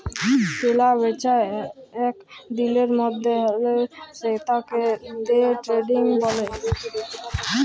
কেলা বেচা এক দিলের মধ্যে হ্যলে সেতাকে দে ট্রেডিং ব্যলে